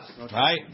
right